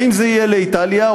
האם זה יהיה לאיטליה,